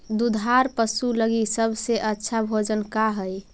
दुधार पशु लगीं सबसे अच्छा भोजन का हई?